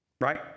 right